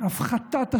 "הפחתת השסעים".